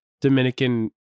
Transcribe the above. Dominican